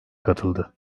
katıldı